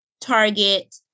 target